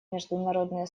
международное